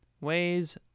Ways